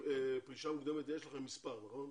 לפרישה מוקדמת יש לכם מספר, נכון?